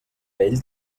ell